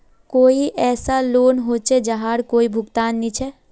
कोई ऐसा लोन होचे जहार कोई भुगतान नी छे?